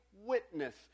witness